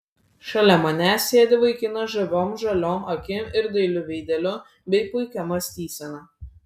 šalia manęs sėdi vaikinas žaviom žaliom akim ir dailiu veideliu bei puikia mąstysena